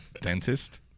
Dentist